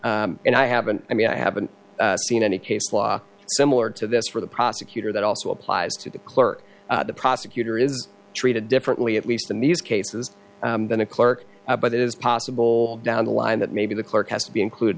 role and i haven't i mean i haven't seen any case law similar to this for the prosecutor that also applies to the clerk the prosecutor is treated differently at least in these cases than a clerk but it is possible down the line that maybe the clerk has to be included